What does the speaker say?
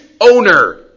owner